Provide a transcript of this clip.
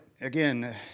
Again